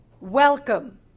Welcome